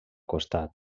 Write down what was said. costat